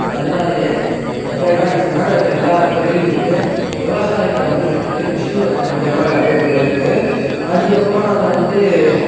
அதனாலயே இப்போ என்ன ஆச்சுன்னா இப்போ எல்லாத் தொழில்லியுமே விவசாயத்தை வந்து விட்டுவிட்டு மிஷின் வச்சு மூலமாக எல்லாத்தையும் ரெடிப் பண்ணிவிட்டு அதற்கப்பறம் அதை வந்து